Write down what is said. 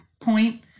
point